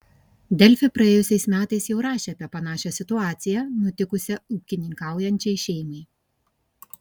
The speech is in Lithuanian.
delfi praėjusiais metais jau rašė apie panašią situaciją nutikusią ūkininkaujančiai šeimai